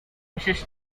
wishes